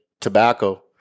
tobacco